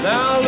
Now